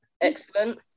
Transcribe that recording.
Excellent